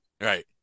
Right